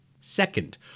Second